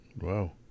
Wow